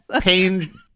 Pain